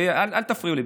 ואל תפריעו לי,